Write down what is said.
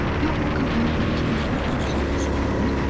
that will come out later. i've done it by machine to speed.